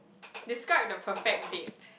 describe the perfect date